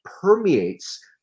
permeates